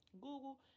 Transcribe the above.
Google